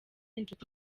inshuti